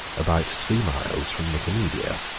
about three miles from nicomedia.